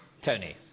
Tony